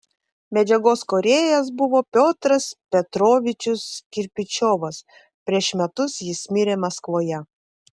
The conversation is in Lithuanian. medžiagos kūrėjas buvo piotras petrovičius kirpičiovas prieš metus jis mirė maskvoje